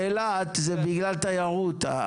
אילת זה בגלל שיש תיירות,